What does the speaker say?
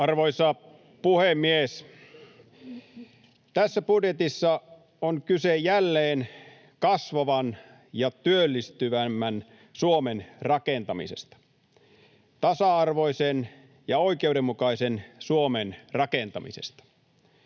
Arvoisa puhemies! Tässä budjetissa on kyse jälleen kasvavan ja työllistävämmän Suomen rakentamisesta, tasa-arvoisen ja oikeudenmukaisen Suomen rakentamisesta.